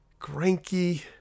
Granky